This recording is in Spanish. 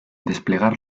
desplegar